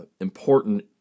important